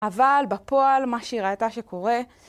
אבל בפועל מה שהיא ראתה שקורה